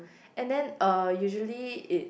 and then uh usually it